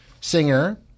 singer